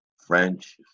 french